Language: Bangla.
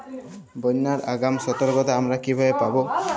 বন্যার আগাম সতর্কতা আমরা কিভাবে পাবো?